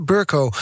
Burko